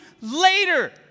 later